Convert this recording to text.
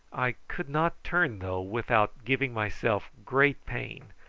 i could not turn, though, without giving myself great pain,